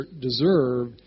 deserve